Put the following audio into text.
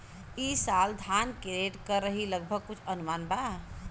ई साल धान के रेट का रही लगभग कुछ अनुमान बा?